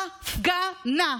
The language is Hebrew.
הפגנה,